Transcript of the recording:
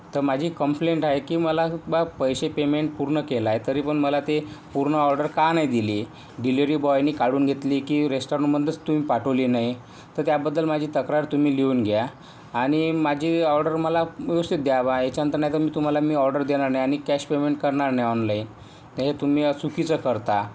तर माझी कंप्लेन्ट आहे की मला बा पैसे पेमेंट पूर्ण केला आहे तरीपण मला ते पूर्ण ऑर्डर का नाही दिली डिलीवरी बॉयने काढून घेतली की रेस्टॉरंटमधूनच तुम्ही पाठवली नाही तर त्याबद्दल माझी तक्रार तुम्ही लिहून घ्या आणि माझी ऑर्डर मला व्यवस्थित द्या बा याच्यानंतर नाही तर मी तुम्हाला मी ऑर्डर देणार नाही आणि कॅश पेमेंट करणार नाही ऑनलाइन हे तुम्ही चुकीचं करता